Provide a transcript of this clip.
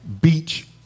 Beach